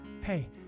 Hey